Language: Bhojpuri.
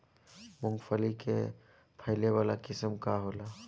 मूँगफली के फैले वाला किस्म का होला?